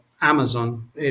Amazon